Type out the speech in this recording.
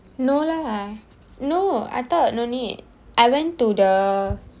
no lah no I thought no need I went to the